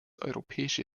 europäische